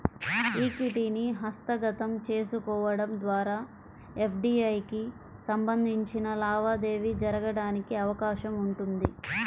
ఈక్విటీని హస్తగతం చేసుకోవడం ద్వారా ఎఫ్డీఐకి సంబంధించిన లావాదేవీ జరగడానికి అవకాశం ఉంటుంది